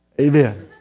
Amen